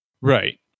Right